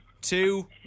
two